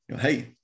hey